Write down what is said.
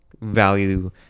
value